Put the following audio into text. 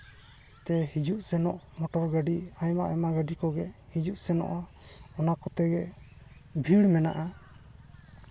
ᱛᱮ ᱦᱤᱡᱩᱜ ᱥᱮᱱᱚᱜ ᱦᱚᱸ ᱢᱚᱴᱚᱨ ᱜᱟᱹᱰᱤ ᱟᱭᱢᱟ ᱟᱭᱢᱟ ᱜᱟᱹᱰᱤ ᱠᱚᱜᱮ ᱦᱤᱡᱩᱜ ᱥᱮᱱᱚᱜᱼᱟ ᱚᱱᱟ ᱠᱚᱛᱮ ᱜᱮ ᱵᱷᱤᱲ ᱢᱮᱱᱟᱜᱼᱟ